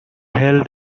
held